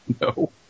No